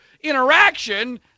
interaction